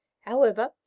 However